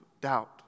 doubt